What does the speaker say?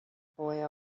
boy